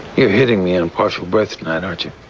you're hitting me on and partial-birth tonight, aren't you?